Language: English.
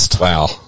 Wow